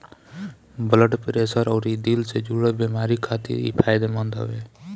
blood pressure अउरी दिल से जुड़ल बेमारी खातिर इ फायदेमंद हवे